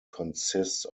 consists